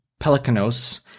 Pelicanos –